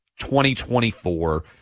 2024